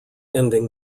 ending